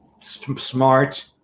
smart